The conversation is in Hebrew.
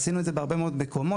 עשינו את זה בהרבה מאוד מקומות.